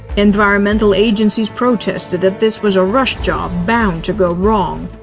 environmental agencies protested that this was a rush job, bound to go wrong.